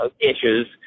issues